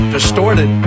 Distorted